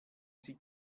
sie